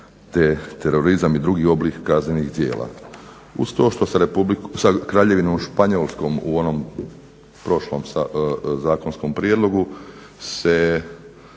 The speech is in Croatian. te terorizam i drugi oblik kaznenih djela. Uz to što sa Kraljevinom Španjolskom u onom prošlom zakonskom prijedlogu se